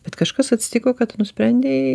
bet kažkas atsitiko kad nusprendei